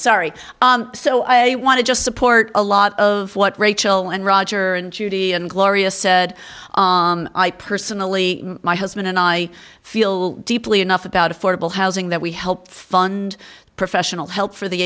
sorry so i may want to just support a lot of what rachel and roger and judy and gloria said i personally my husband and i feel deeply enough about affordable housing that we help fund professional help for the